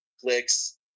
clicks